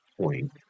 point